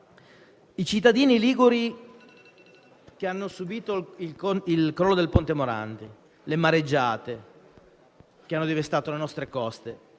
i cittadini liguri che hanno subito il crollo del ponte Morandi, le mareggiate che hanno devastato le nostre coste